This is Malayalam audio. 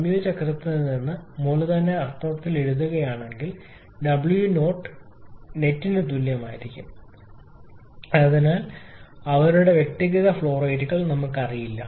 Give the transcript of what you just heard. സംയോജിത ചക്രത്തിൽ നിന്ന് ഞാൻ മൂലധന അർത്ഥത്തിൽ എഴുതുകയാണെങ്കിൽ W ഡോട്ട് നെറ്റ് തുല്യമായിരിക്കും യഥാർത്ഥത്തിൽ നമുക്ക് അവരുടെ വ്യക്തിഗത ഫ്ലോ റേറ്റുകൾ അറിയില്ല